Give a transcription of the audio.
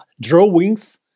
drawings